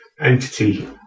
entity